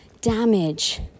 damage